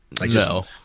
No